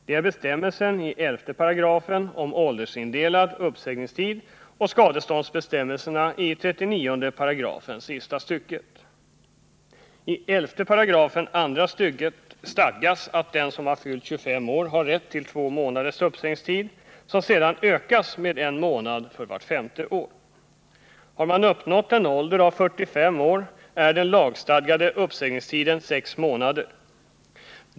Det är bestämmelsen i 11 § om åldersindelad uppsägningstid och skadeståndsbestämmelserna i 39 §, sista stycket. I 11 §, andra stycket, stadgas att den som har fyllt 25 år har rätt till två månaders uppsägningstid, som sedan ökas med en månad för vart femte år. Har man uppnått en ålder av 45 år, är den lagstadgade uppsägningstiden sex månader.